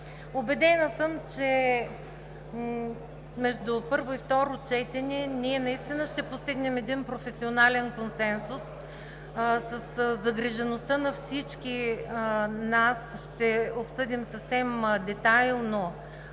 Убедена съм, че между първо и второ четене наистина ще постигнем един професионален консенсус със загрижеността на всички нас, ще обсъдим съвсем детайлно